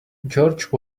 george